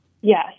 Yes